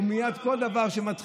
אין דבר כזה.